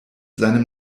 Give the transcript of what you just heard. seinem